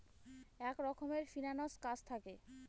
এক রকমের ফিন্যান্স কাজ থাকে